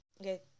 Okay